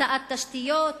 הקצאת תשתיות,